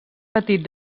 petit